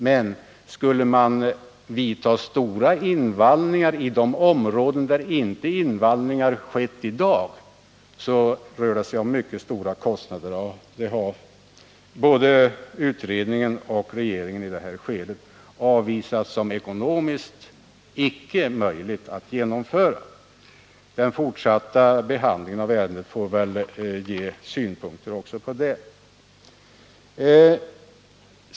Men skulle man göra stora invallningar i de områden där invallningar i dag inte skett. rör det sig om mycket stora kostnader, och det har både utredningen och regeringen i det här skedet avvisat som ekonomiskt omöjligt att genomföra. Den fortsatta behandlingen av ärendet får väl ge synpunkter också på det.